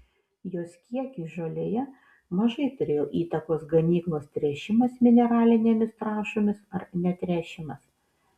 jos kiekiui žolėje mažai turėjo įtakos ganyklos tręšimas mineralinėmis trąšomis ar netręšimas